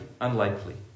unlikely